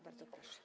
Bardzo proszę.